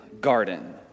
Garden